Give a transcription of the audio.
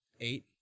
Eight